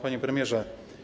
Panie Premierze!